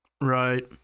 Right